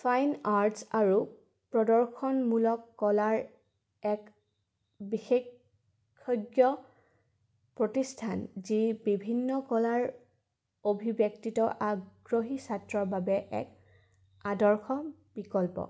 fine arts আৰু প্ৰদৰ্শনমূলক কলাৰ এক বিশেষজ্ঞ প্ৰতিষ্ঠান যি বিভিন্ন কলাৰ অভিব্যক্তিত আগ্ৰহী ছাত্ৰৰ বাবে এক আদৰ্শ বিকল্প